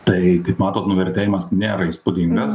tai kaip matot nuvertėjimas nėra įspūdingas